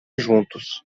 juntos